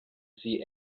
see